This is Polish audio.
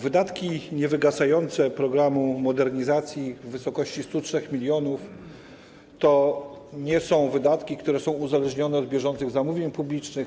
Wydatki niewygasające programu modernizacji w wysokości 103 mln to nie są wydatki, które są uzależnione od bieżących zamówień publicznych.